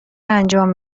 انجام